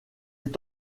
est